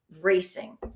racing